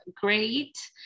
great